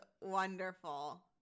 wonderful